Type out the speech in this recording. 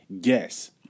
guess